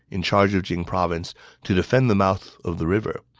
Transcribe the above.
in charge of jing province to defend the mouth of the river.